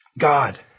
God